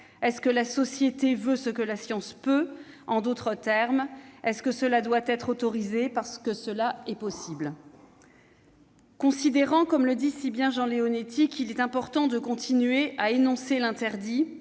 est-ce que la société veut ce que la science peut ? En d'autres termes, est-ce que cela doit être autorisé parce que cela est possible ? Considérant, comme le dit si bien Jean Leonetti, qu'il est important de continuer à énoncer l'interdit,